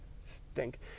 Stink